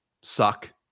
suck